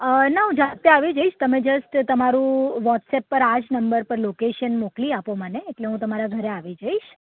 ના હું જાતે આવી જઈશ તમે જસ્ટ તમારું વ્હોટ્સઅપ પર આ જ નંબર પર લોકેશન મોકલી આપો મને એટલે હું તમારા ઘરે આવી જઈશ